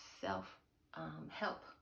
self-help